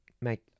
make